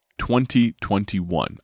2021